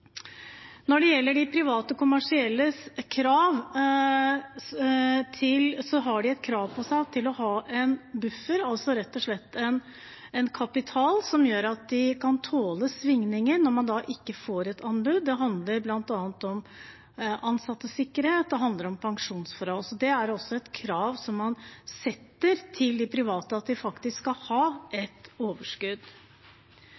Når det gjelder de private kommersielles krav, har de krav om å ha en buffer – altså rett og slett en kapital som gjør at de kan tåle svingninger når de ikke får et anbud. Det handler bl.a. om ansattes sikkerhet, og det handler om pensjonsforhold. Så det er et krav som man setter til de private, at de faktisk skal ha